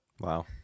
Wow